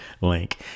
link